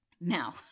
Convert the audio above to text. Now